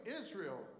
Israel